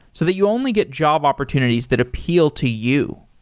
so that you only get job opportunities that appeal to you.